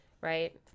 right